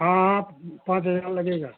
हाँ आप पाँच हज़ार लगेगा